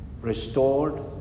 restored